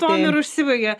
tuom ir užsibaigia